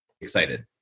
excited